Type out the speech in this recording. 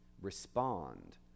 respond